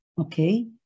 Okay